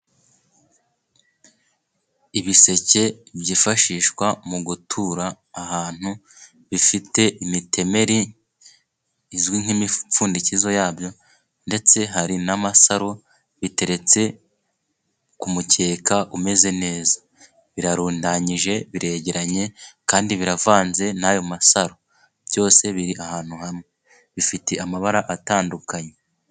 Ibiseke byifashishwa mu gutura ahantu bifite imitemeri izwi nk'imipfundikizo yabyo, ndetse hari n'amasaro biteretse k'umukeka umeze neza birarundanyije, biregeranye kandi biravanze n'ayo masaro, byose biri ahantu hamwe bifite amabara atandukanye.